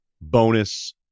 Bonus